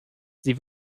sie